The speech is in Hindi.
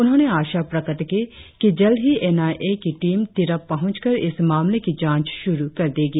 उन्होंने आशा प्रकट की कि जल्द ही एन आइ ए की टीम तिरप पहुंचकर इस मामले की जांच शुरु कर देगी